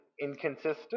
inconsistent